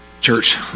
Church